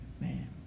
Man